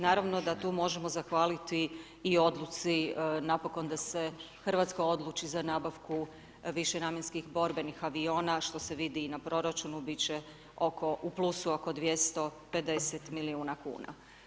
Naravno da tu možemo zahvaliti i odluci, napokon da se Hrvatska odluči za nabavku višenamjenskih borbenih aviona što se vidi i na proračunu biti će oko u plusu oko 250 milijuna kn.